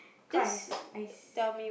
cause I I